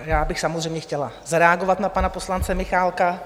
Já bych samozřejmě chtěla zareagovat na pana poslance Michálka.